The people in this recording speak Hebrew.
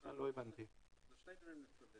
אלה שני דברים נפרדים,